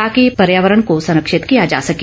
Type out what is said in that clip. ताकि पर्यावरण को संरक्षित किया जा सके